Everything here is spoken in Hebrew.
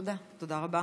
תודה רבה,